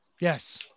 Yes